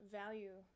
value